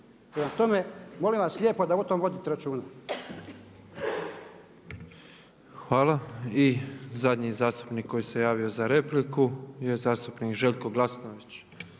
Prema tome, molim vas lijepo da o tome vodite računa. **Petrov, Božo (MOST)** Hvala. I zadnji zastupnik koji se javio za repliku je zastupnik Željko Glasnović.